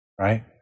right